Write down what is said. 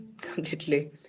completely